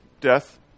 death